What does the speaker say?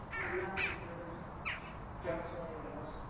have nothing further counsel. anyone else?